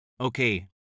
Okay